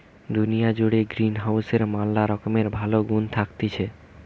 দুনিয়া জুড়ে গ্রিনহাউসের ম্যালা রকমের ভালো গুন্ থাকতিছে